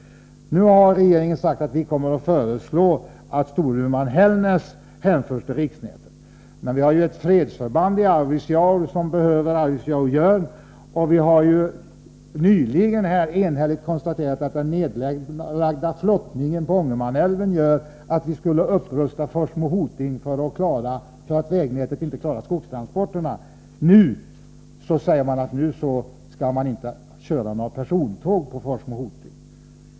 Nu har regeringen sagt att den kommer att föreslå att linjen Storuman Hällnäs förs till riksnätet. Men vi har ett fredsförband i Arvidsjaur som behöver linjen Arvidsjaur-Jörn, och vi har nyligen enhälligt konstaterat att den nedlagda flottningen på Ångermanälven gör att vi borde upprusta Forsmo-Hoting-banan, eftersom vägnätet inte klarar skogstransporterna. Nu säger man att det inte skall köras några persontåg på linjen Forsmo Hoting.